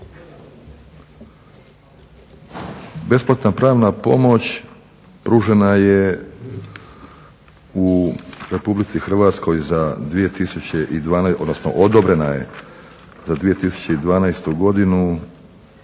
Besplatna pravna pomoć pružena je u Republici Hrvatskoj za 2012., odnosno odobrena je za 2012.godinu